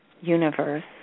universe